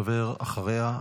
הדובר אחריה,